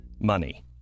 money